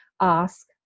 Ask